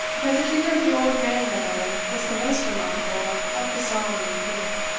but the figure of the old grandmother was the most remarkable of the sorrowing group.